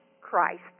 Christ